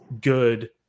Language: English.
good